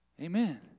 Amen